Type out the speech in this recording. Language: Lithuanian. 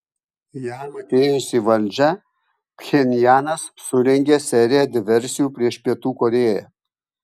jam atėjus į valdžią pchenjanas surengė seriją diversijų prieš pietų korėją